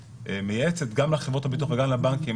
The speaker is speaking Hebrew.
שמייעצת גם לחברות הביטוח וגם לבנקים,